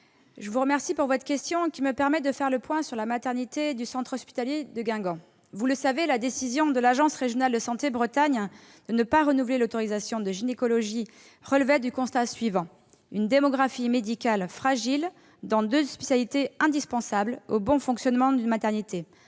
je vous remercie de votre question, qui me permet de faire le point sur la maternité du centre hospitalier de Guingamp. Vous le savez, la décision de l'agence régionale de santé de Bretagne de ne pas renouveler l'autorisation de l'activité de gynécologie relevait du constat suivant : une démographie médicale fragile dans deux spécialités indispensables au bon fonctionnement d'une maternité,